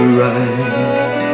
right